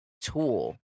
tool